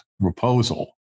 proposal